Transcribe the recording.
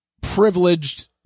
privileged